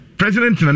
president